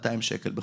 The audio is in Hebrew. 200 שקל בחודש.